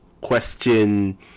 question